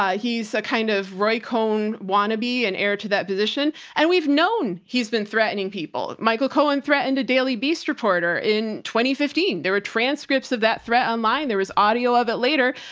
ah he's a kind of roy cohn wannabe an heir to that position and we've known he's been threatening people. michael cohen threatened a daily beast reporter in fifteen, there were transcripts of that threat online. there was audio of it later.